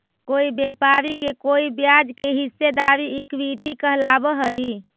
कोई व्यापारी के कोई ब्याज में हिस्सेदारी इक्विटी कहलाव हई